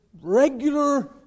regular